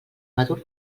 madur